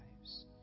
lives